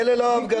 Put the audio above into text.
אלה לא ההפגנות.